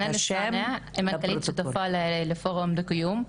אני מנכ"לית ושותפה לפורום דו קיום.